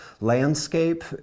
landscape